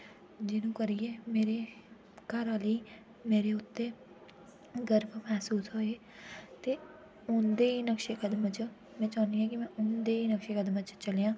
जीनू करियै मेरे घर आह्ले गी मेरे उत्तै गर्व मसूस होऐ ते उं'दे नक्शे कदम च में चाह्न्नी आं कि उंदे नक्शे कदम च चलेआं